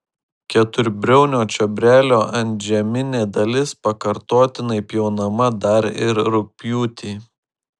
keturbriaunio čiobrelio antžeminė dalis pakartotinai pjaunama dar ir rugpjūtį